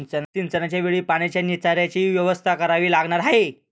सिंचनाच्या वेळी पाण्याच्या निचर्याचीही व्यवस्था करावी लागणार आहे